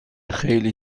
خیلی